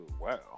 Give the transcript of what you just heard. wow